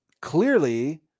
Clearly